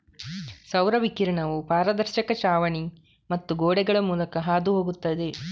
ಸೌರ ವಿಕಿರಣವು ಪಾರದರ್ಶಕ ಛಾವಣಿ ಮತ್ತು ಗೋಡೆಗಳ ಮೂಲಕ ಹಾದು ಹೋಗುತ್ತದೆ